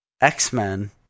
X-Men